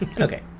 Okay